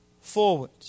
forward